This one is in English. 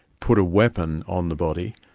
put a weapon on the body,